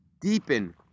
deepen